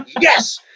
Yes